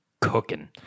cooking